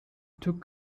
took